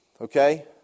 Okay